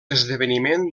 esdeveniment